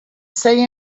say